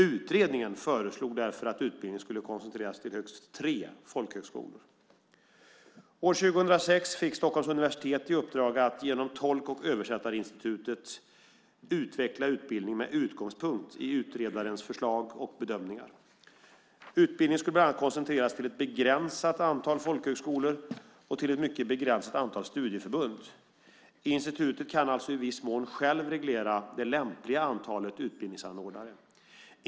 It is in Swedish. Utredningen föreslog därför att utbildningen skulle koncentreras till högst tre folkhögskolor. År 2006 fick Stockholms universitet i uppdrag att, genom Tolk och översättarinstitutet, utveckla utbildningen med utgångspunkt i utredarens förslag och bedömningar. Utbildningen skulle bland annat koncentreras till ett begränsat antal folkhögskolor och till ett mycket begränsat antal studieförbund. Institutet kan alltså i viss mån självt reglera det lämpliga antalet utbildningsanordnare.